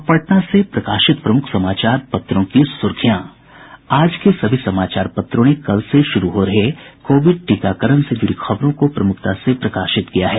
अब पटना से प्रकाशित प्रमुख समाचार पत्रों की सुर्खियां आज के सभी समाचार पत्रों ने कल से शुरू हो रहे कोविड टीकाकरण से जुड़ी खबरों को प्रमुखता से प्रकाशित किया है